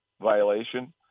violation